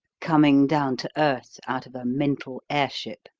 coming down to earth out of a mental airship.